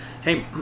Hey